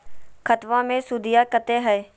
खतबा मे सुदीया कते हय?